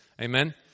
Amen